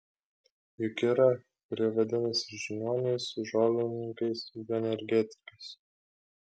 juk yra kurie vadinasi žiniuoniais žolininkais bioenergetikais